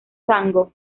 tango